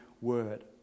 word